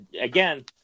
Again